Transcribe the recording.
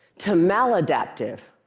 to maladaptive,